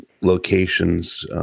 locations